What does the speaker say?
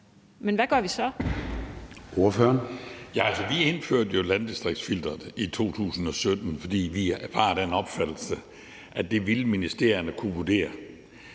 Hans Christian Schmidt (V): Vi indførte jo landdistriktsfilteret i 2017, fordi vi var af den opfattelse, at det ville ministerierne kunne vurdere.